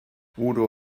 udo